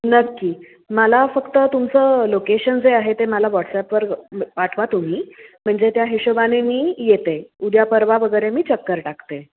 नक्की मला फक्त तुमचं लोकेशन जे आहे ते मला व्हॉट्सॲपवर पाठवा तुम्ही म्हणजे त्या हिशोबाने मी येते उद्या परवा वगैरे मी चक्कर टाकते